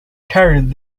carried